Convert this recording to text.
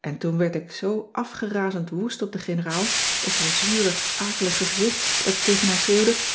en toen werd ik zoo afgerazend woest op de generaal op haar zure akelige gezicht dat ik tegen haar schreeuwde